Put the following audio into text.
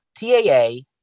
taa